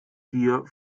gier